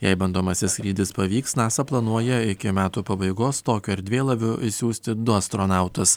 jei bandomasis skrydis pavyks nasa planuoja iki metų pabaigos tokiu erdvėlaiviu išsiųsti du astronautus